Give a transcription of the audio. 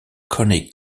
conic